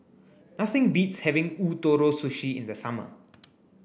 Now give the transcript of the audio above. nothing beats having Ootoro Sushi in the summer